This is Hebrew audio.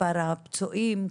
מספר הפצועים,